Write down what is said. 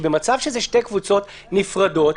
במצב שזה שתי קבוצות נפרדות,